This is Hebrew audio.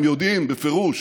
הם יודעים בפירוש